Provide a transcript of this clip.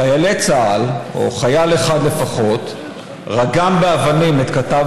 חיילי צה"ל או חייל אחד לפחות רגם באבנים את כתב